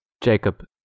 Jacob